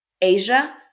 Asia